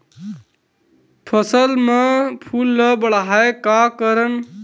फसल म फूल ल बढ़ाय का करन?